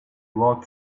walked